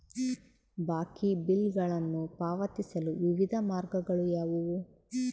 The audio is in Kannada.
ಬಾಕಿ ಬಿಲ್ಗಳನ್ನು ಪಾವತಿಸಲು ವಿವಿಧ ಮಾರ್ಗಗಳು ಯಾವುವು?